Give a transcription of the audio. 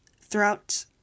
throughout